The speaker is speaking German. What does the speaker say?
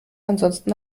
ansonsten